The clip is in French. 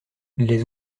les